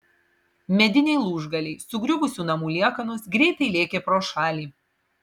mediniai lūžgaliai sugriuvusių namų liekanos greitai lėkė pro šalį